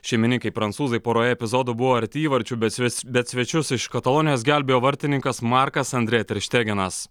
šeimininkai prancūzai poroje epizodo buvo arti įvarčių bet bet bet svečius iš katalonijos gelbėjo vartininkas markas andre terštegenas